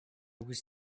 was